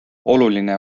oluline